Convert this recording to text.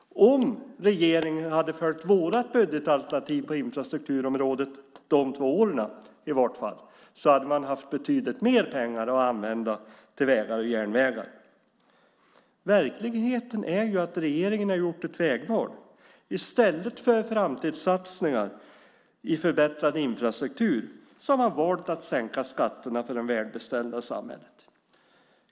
Om regeringen hade följt vårt budgetalternativ på infrastrukturområdet, i vart fall de två åren, hade man haft betydligt mer pengar att använda till vägar och järnvägar. Verkligheten är ju att regeringen har gjort ett vägval. I stället för framtidssatsningar för förbättrad infrastruktur har man valt att sänka skatterna för de välbeställda i samhället.